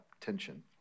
tension